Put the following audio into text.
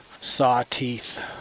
saw-teeth